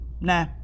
Nah